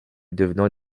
devenant